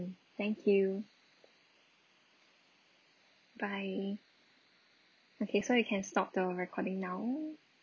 thank you bye okay so you can stop the recording now